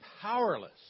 powerless